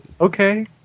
Okay